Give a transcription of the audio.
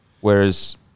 Whereas